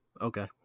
Okay